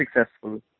successful